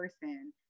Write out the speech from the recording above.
person